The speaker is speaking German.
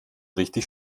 richtig